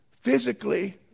physically